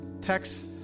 text